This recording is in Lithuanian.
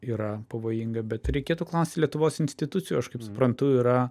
yra pavojinga bet reikėtų klausti lietuvos institucijų aš kaip suprantu yra